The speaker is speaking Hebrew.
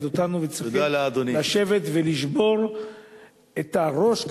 אותנו וצריכים לשבת ולשבור את הראש,